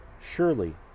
surely